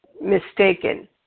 mistaken